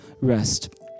rest